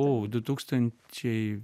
o du tūkstančiai